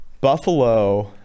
Buffalo